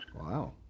Wow